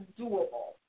doable